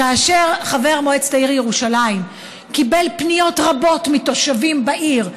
כאשר חבר מועצת העיר ירושלים קיבל פניות רבות מתושבים בעיר,